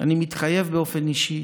אני מתחייב באופן אישי